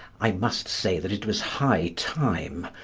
i must say that it was high time,